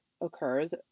occurs